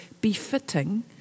befitting